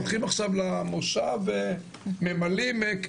הולכים עכשיו למושב וממלאים,